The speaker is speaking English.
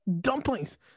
dumplings